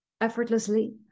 effortlessly